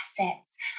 assets